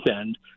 end